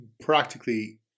practically